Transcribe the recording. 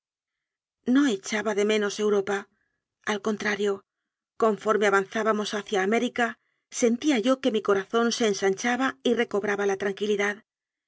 no echaba de menos europa al con trario conforme avanzábamos hacia américa sen tía yo que mi corazón se ensanchaba y recobraba la tranquilidad